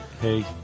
Hey